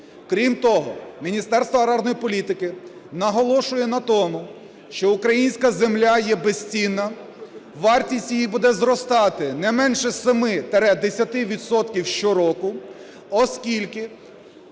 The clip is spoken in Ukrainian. Крім того, Міністерство аграрної політики наголошує на тому, що українська земля є безцінна, вартість її буде зростати не менше 7-10 відсотків щороку, оскільки